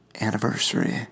anniversary